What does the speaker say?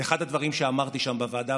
ואחד הדברים שאמרתי שם בוועדה,